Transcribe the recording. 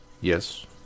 yes